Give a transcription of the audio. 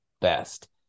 best